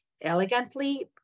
elegantly